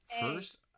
First